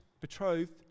betrothed